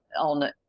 on